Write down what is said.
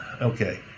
okay